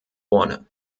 vorne